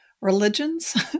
religions